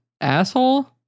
asshole